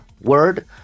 word